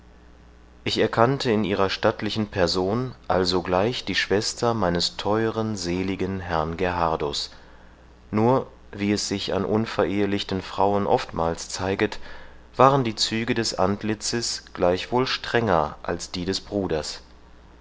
ich erkannte in ihrer stattlichen person allsogleich die schwester meines theueren seligen herrn gerhardus nur wie es sich an unverehelichten frauen oftmals zeiget waren die züge des antlitzes gleichwohl strenger als die des bruders